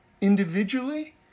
individually